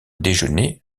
déjeuner